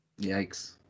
Yikes